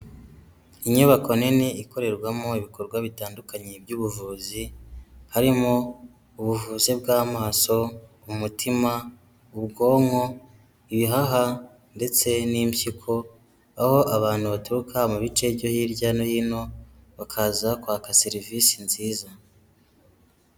Inyubako nini ikorerwamo ibikorwa bitandukanye by'ubuvuzi, harimo ubuvuzi bw'amaso, umutima, ubwonko, ibihaha ndetse n'impyiko, aho abantu baturuka mu bice byo hirya no hino bakaza kwaka serivisi nziza.